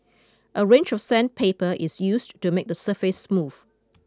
a range of sandpaper is used to make the surface smooth